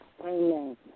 Amen